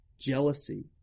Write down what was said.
Jealousy